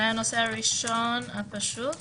הנושא הראשון הפשוט